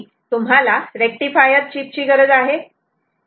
त्यासाठी तुम्हाला rectifier chip ची गरज आहे